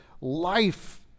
life